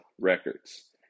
Records